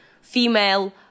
female